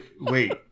Wait